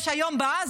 יש היום בעזה,